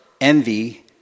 envy